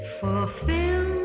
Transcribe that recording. fulfill